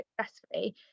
successfully